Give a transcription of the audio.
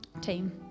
Team